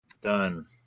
Done